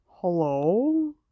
Hello